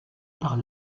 par